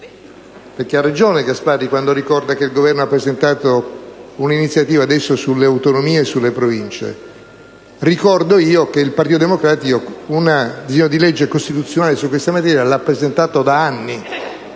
il senatore Gasparri quando ricorda che il Governo ha presentato pochi giorni fa una iniziativa sulle autonomie e sulle province: ricordo però che il Partito Democratico un disegno di legge costituzionale su questa materia l'ha presentato da anni.